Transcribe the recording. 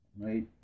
right